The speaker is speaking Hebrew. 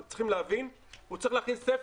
אתם צריכים להבין שהוא צריך להכין ספר.